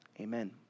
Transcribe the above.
Amen